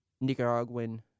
Nicaraguan